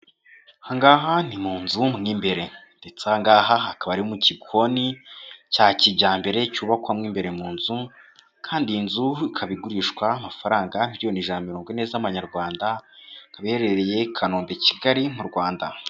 Aha ngaha ni mu nzu mo imbere, ndetse aha ngaha hakaba ari mu gikoni cya kijyambere cyubakwa mo imbere mu nzu, kandi iyi nzu ikaba igurishwa amafaranga miliyoni ijana na mirongo ine z'amanyarwanda, ikaba iherereye Kanombe-Kigali mu Rwanda.